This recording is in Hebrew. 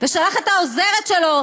ושלח את העוזרת שלו,